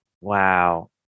Wow